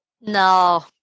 No